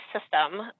system